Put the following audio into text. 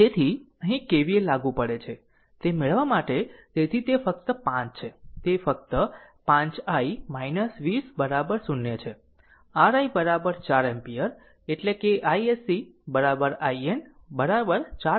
તેથી અહીં KVL લાગુ પડે છે તે મેળવવા માટે તેથી તે ફક્ત 5 છે તે ફક્ત 5 i 20 0 છે r i 4 એમ્પીયર એટલે કે iSC IN 4 5 તેનો અર્થ છે 9 એમ્પીયર